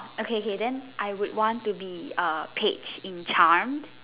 okay K K then I would want to be uh Paige in charmed